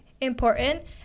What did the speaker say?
important